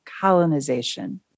colonization